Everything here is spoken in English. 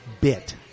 bit